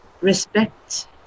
respect